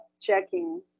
Checking